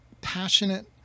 passionate